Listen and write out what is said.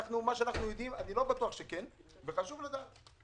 אני לא בטוח שכן וחשוב לדעת.